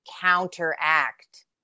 counteract